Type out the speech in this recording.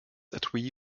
etui